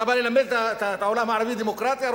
אתה בא ללמד את העולם הערבי דמוקרטיה,